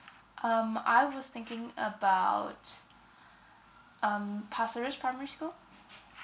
um I was thinking about um pasir ris primary school